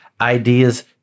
ideas